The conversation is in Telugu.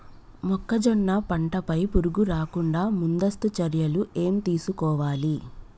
మొక్కజొన్న పంట పై పురుగు రాకుండా ముందస్తు చర్యలు ఏం తీసుకోవాలి?